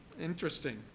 Interesting